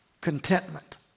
Contentment